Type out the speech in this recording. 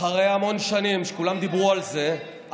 אחרי המון שנים שכולם דיברו על זה,